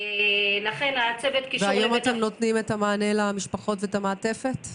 אתם נותנים את המענה והמעטפת למשפחות?